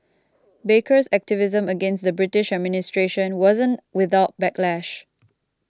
baker's activism against the British administration wasn't without backlash